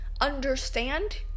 Understand